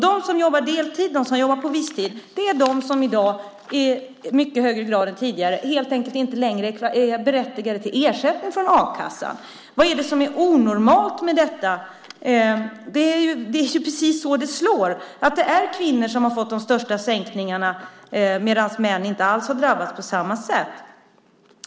De som jobbar deltid och visstid är de som i dag i mycket högre grad än tidigare helt enkelt inte längre är berättigade till ersättning från a-kassan. Vad är det som är onormalt med detta? Det är precis så det slår. Det är kvinnor som har fått de största sänkningarna medan män inte alls har drabbats på samma sätt.